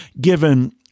given